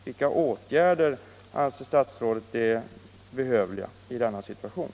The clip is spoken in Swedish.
Vilka åtgärder anser statsrådet behövliga i denna situation?